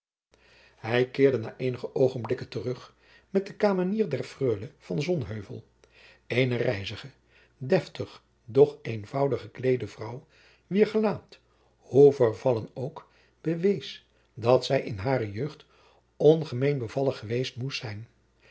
hij keerde na eenige oogenblikken terug met de kamenier der freule van sonheuvel eene rijzige deftig doch eenvoudig gekleede vrouw wier gelaat hoe vervallen ook bewees dat zij in hare jeugd ongemeen bevallig geweest moest zijn